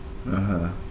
(uh huh)